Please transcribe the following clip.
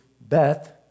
Beth